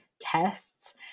tests